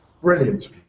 Brilliant